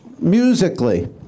Musically